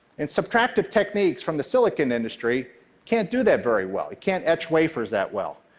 and subtractive techniques from the silicon industry can't do that very well. they can't etch wafers that well.